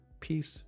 peace